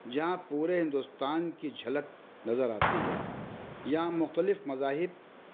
جہاں پورے ہندوستان کی جھلک نظر آتی ہے یہاں مختلف مذاہب